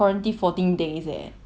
quarantine fourteen days eh